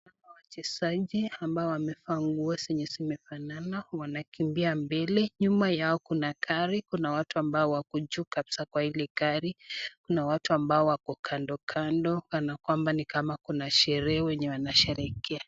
Naona wachezaji ambao wavaa nguo zenye zimefanana wanakimbia mbele, nyuma yao Kuna gari, Kuna watu wenye wako juu Kabisa kwa hile gari, na watu ambao wako kando kando Kanakwamba Kuna sherehe enye wanasherekea.